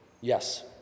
Yes